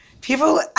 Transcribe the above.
people